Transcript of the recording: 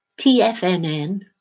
TFNN